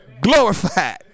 glorified